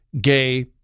gay